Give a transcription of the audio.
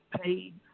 paid